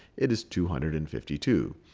it is two hundred and fifty two.